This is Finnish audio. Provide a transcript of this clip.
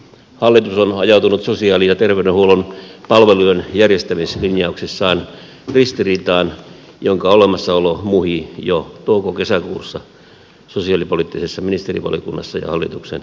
hallitus on ajautunut sosiaali ja terveydenhuollon palvelujen järjestämislinjauksissaan ristiriitaan jonka olemassaolo muhi jo toukokesäkuussa sosiaalipoliittisessa ministerivaliokunnassa ja hallituksen iltakoulussa